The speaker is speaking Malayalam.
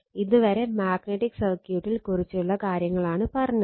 ഇത് വരെ മാഗ്നറ്റിക് സർക്യൂട്ടിൽ കുറിച്ചുള്ള കാര്യങ്ങളാണ് പറഞ്ഞത്